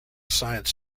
science